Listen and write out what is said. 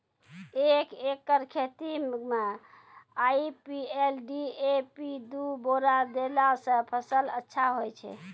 एक एकरऽ खेती मे आई.पी.एल डी.ए.पी दु बोरा देला से फ़सल अच्छा होय छै?